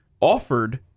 offered